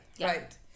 right